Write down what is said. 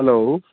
hello